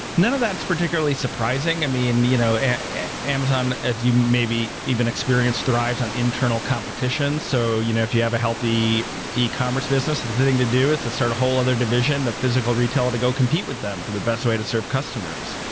none of that is particularly surprising. you know amazon, as you may be even experienced, thrives on internal competition. so you know if you have a healthy ecommerce business, the thing to do is to start a whole other division of physical retail to go compete with them for the best way to serve customers.